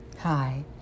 Hi